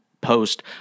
post